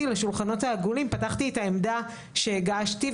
לשולחנות העגולים פתחתי את העמדה שהגשתי,